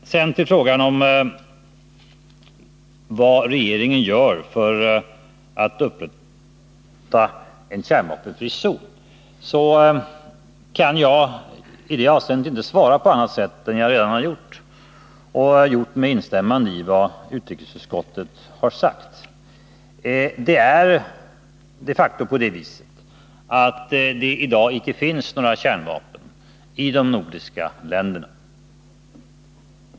Sedan till frågan om vad regeringen gör för att upprätta en kärnvapenfri zon: Jag kan i detta avseende inte svara på annat sätt än jag redan gjort - med instämmande i vad utrikesutskottet har sagt. Det finns i dag de facto inte några kärnvapen i de nordiska länderna.